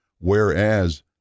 Whereas